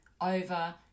over